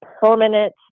permanent